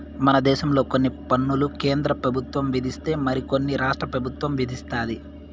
మన దేశంలో కొన్ని పన్నులు కేంద్ర పెబుత్వం విధిస్తే మరి కొన్ని రాష్ట్ర పెబుత్వం విదిస్తది